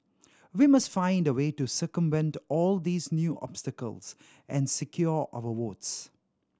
we must find a way to circumvent all these new obstacles and secure our votes